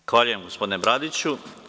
Zahvaljujem, gospodine Bradiću.